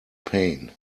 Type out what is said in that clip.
pain